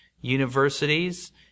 universities